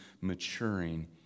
maturing